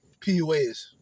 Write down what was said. PUAs